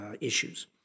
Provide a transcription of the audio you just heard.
issues